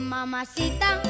Mamacita